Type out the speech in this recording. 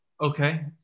Okay